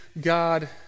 God